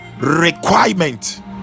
requirement